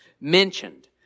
mentioned